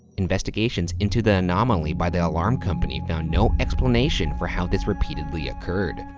investigations into the anomaly by the alarm company found no explanation for how this repeatedly occurred.